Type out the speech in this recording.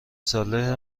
ساله